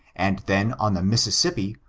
and then on the mississippi,